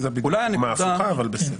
זו אולי הדוגמה ההפוכה אבל בסדר.